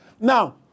Now